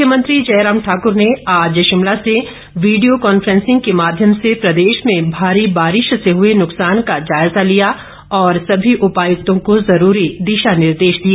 मुख्यमंत्री जयराम ठाकुर ने आज शिमला से वीडियो कॉन्फ्रेंसिंग के माध्यम से प्रदेश में भारी बारिश से हुए नुकसान का जायजा लिया और सभी उपायुक्तों को जरूरी दिशा निर्देश दिए